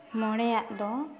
ᱢᱚᱬᱮᱭᱟᱜ ᱫᱚ